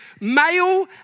male